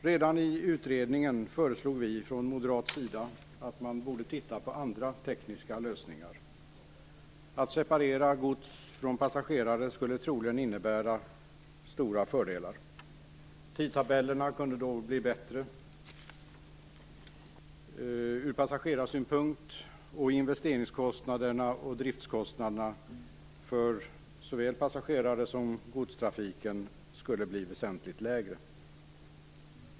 Redan i utredningen föreslog vi moderater att man borde titta på andra tekniska lösningar. Att separera gods och passagerare skulle troligen innebära stora fördelar. Tidtabellerna kunde då bli bättre ur passagerarsynpunkt och investeringskostnaden, och driftskostnaderna för såväl passagerare som godstrafiken skulle bli väsentligt lägre.